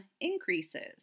increases